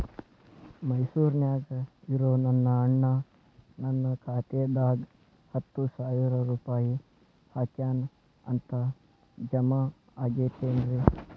ಮೈಸೂರ್ ನ್ಯಾಗ್ ಇರೋ ನನ್ನ ಅಣ್ಣ ನನ್ನ ಖಾತೆದಾಗ್ ಹತ್ತು ಸಾವಿರ ರೂಪಾಯಿ ಹಾಕ್ಯಾನ್ ಅಂತ, ಜಮಾ ಆಗೈತೇನ್ರೇ?